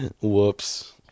Whoops